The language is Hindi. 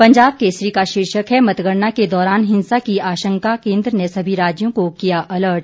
पंजाब केसरी का शीर्षक है मतगणना के दौरान हिंसा की आशंका केन्द्र ने सभी राज्यों को किया अलर्ट